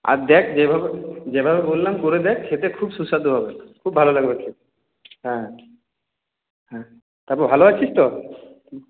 আর দেখ যেভাবে যেভাবে বললাম করে দেখ খেতে খুব সুস্বাদু হবে খুব ভালো লাগবে খেতে হ্যাঁ হ্যাঁ তারপর ভালো আছিস তো